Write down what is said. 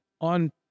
on